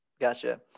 Gotcha